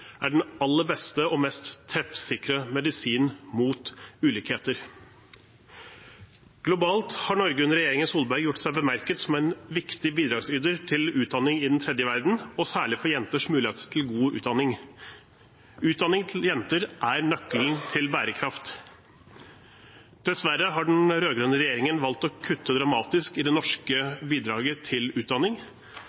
er den aller beste og mest treffsikre medisinen mot ulikhet. Globalt har Norge under regjeringen Solberg gjort seg bemerket som en viktig bidragsyter til utdanning i den tredje verden, og særlig for jenters muligheter til en god utdanning. Utdanning til jenter er nøkkelen til bærekraft. Dessverre har den rød-grønne regjeringen valgt å kutte dramatisk i det norske